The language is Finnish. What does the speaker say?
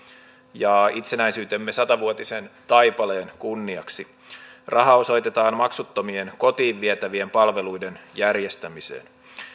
ja itsenäisyytemme sata vuotisen taipaleen kunniaksi raha osoitetaan maksuttomien kotiin vietävien palveluiden järjestämiseen